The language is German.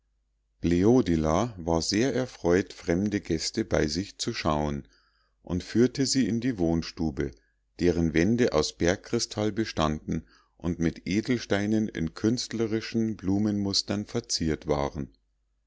bleodila war sehr erfreut fremde gäste bei sich zu schauen und führte sie in die wohnstube deren wände aus bergkristall bestanden und mit edelsteinen in künstlerischen blumenmustern verziert waren